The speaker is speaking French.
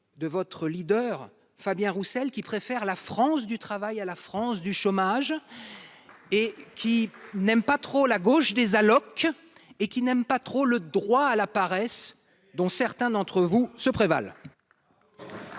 de votre leader Fabien Roussel qui préfèrent la France du travail à la France du chômage et qui n'aime pas trop la gauche des allocs et qui n'aime pas trop le droit à la paresse, dont certains d'entre vous se prévalent.